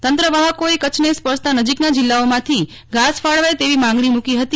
તંત્રવાહકોએ કચ્છને સ્પર્શતા નજીકના જિલ્લાઓમાંથી ઘાસ ફાળવાય તેવી માંગણી મુકી હતી